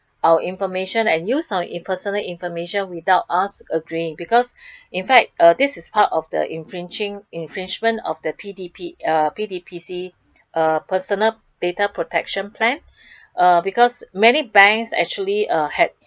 our information and use our personal information without us agreeing because in fact uh this is part of the fringing infringement of the P_D_P uh P_D_P_C uh personal data protection plan uh because many banks actually uh had